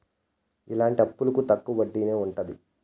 ఇలాంటి అప్పులకు తక్కువ వడ్డీనే ఉంటది